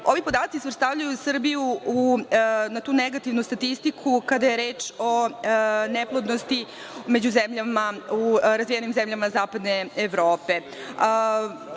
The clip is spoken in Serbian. podaci svrstavaju Srbiju na tu negativnu statistiku kada je reč o neplodnosti među razvijenim zemljama Zapadne Evrope.